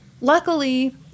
Luckily